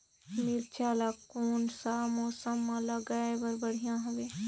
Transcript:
मिरचा ला कोन सा मौसम मां लगाय ले बढ़िया हवे